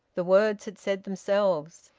the words had said themselves.